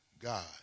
God